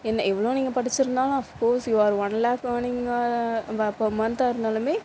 என்ன எவ்வளோ நீங்கள் படிச்சிருந்தாலும் of course you are one lakh earning per மந்த்தாக இருந்தாலுமே